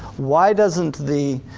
why doesn't the